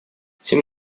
тем